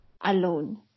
alone